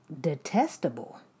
detestable